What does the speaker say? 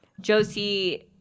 Josie